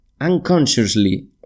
unconsciously